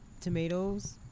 tomatoes